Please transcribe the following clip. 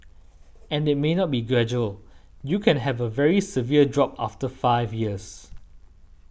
and it may not be gradual you can have a very severe drop over the five years